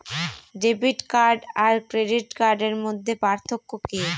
Debit card আর credit কার্ডের মধ্যে পার্থক্য কি?